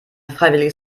freiwilliges